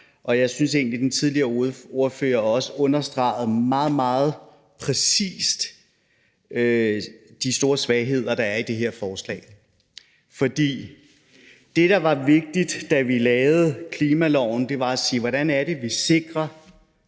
og jeg synes egentlig, at den tidligere ordfører også meget, meget præcist fremhævede de store svagheder, der er i det her forslag. For det, der var vigtigt, da vi lavede klimaloven, var at sige: Hvordan er det, vi sikrer